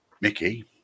Mickey